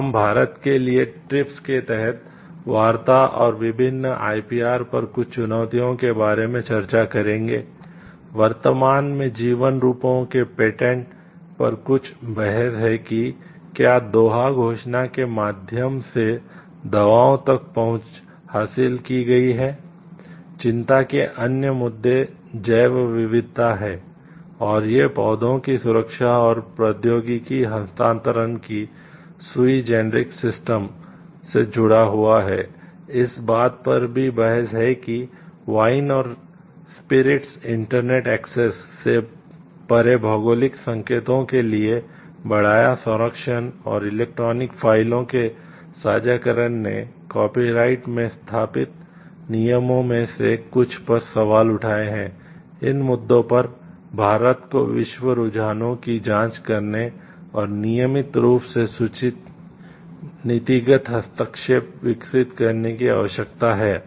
अब हम भारत के लिए ट्रिप्स में स्थापित नियमों में से कुछ पर सवाल उठाए हैं इन मुद्दों पर भारत को विश्व रुझानों की जांच करने और नियमित रूप से सूचित नीतिगत हस्तक्षेप विकसित करने की आवश्यकता है